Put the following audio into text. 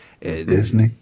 Disney